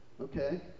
okay